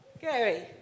Gary